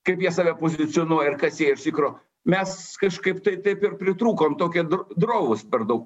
kaip jie save pozicionuoja ir kas jie iš tikro mes kažkaip tai taip ir pritrūkom tokie drovūs per daug